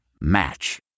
Match